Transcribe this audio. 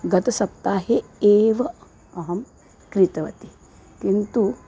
गतसप्ताहे एव अहं क्रीतवती किन्तु